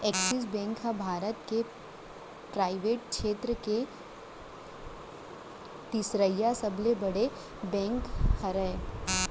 axis bank ह भारत के private छेत्र के तिसरइसा सबले बड़े बेंक हरय